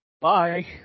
Bye